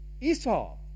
Esau